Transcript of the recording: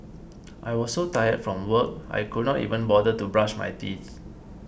I was so tired from work I could not even bother to brush my teeth